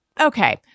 Okay